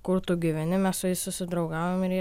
kur tu gyveni mes su jais susidraugavom ir jie